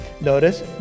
Notice